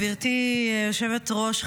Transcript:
גברתי היושבת-ראש,